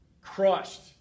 crushed